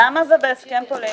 למה זה בהסכם פוליטי?